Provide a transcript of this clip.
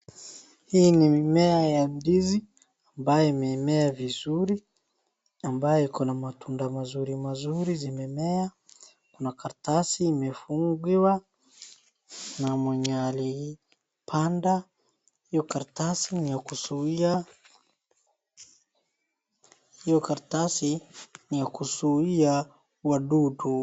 Hii ni mimea ya ndizi ambayo imemea vizuri ambayo iko na matunda mazuri mazuri zimemea. Kuna karatasi imefungiwa na mwenye alipanda, hiyo karatasi ni ya kuzuia, hiyo karatasi ni ya kuzuia wadudu.